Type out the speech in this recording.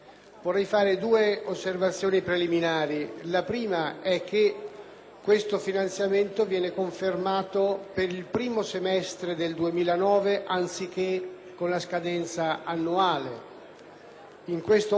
questo finanziamento viene confermato per il primo semestre 2009, anziché con scadenza annuale. In tal modo si consente il costante rapporto con il Parlamento che